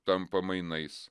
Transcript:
tampa mainais